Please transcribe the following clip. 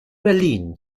berlin